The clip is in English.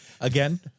Again